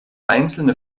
einzelne